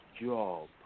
job